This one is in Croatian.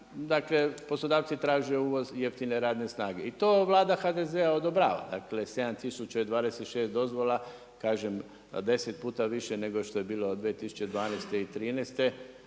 dakle poslodavci traže uvoz jeftine radne snage i to Vlada HDZ-a odobrava. Dakle 7026 dozvola kažem deset puta više nego što je bilo 2012., 2013.,